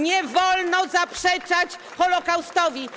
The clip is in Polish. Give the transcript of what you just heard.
Nie wolno zaprzeczać Holokaustowi.